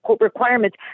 requirements